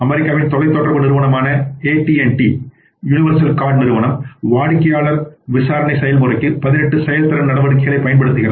அமெரிக்காவின் தொலைத் தொடர்பு நிறுவனமான A T and T AT T universal card நிறுவனம் வாடிக்கையாளர் விசாரணை செயல்முறைக்கு பதினெட்டு செயல்திறன் நடவடிக்கைகளைப் பயன்படுத்துகிறது